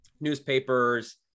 newspapers